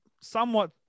somewhat